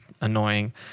annoying